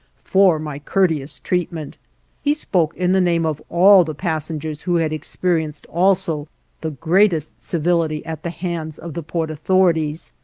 for my courteous treatment he spoke in the name of all the passengers who had experienced also the greatest civility at the hands of the port authorities.